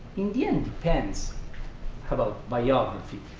in depends about biography.